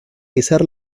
izar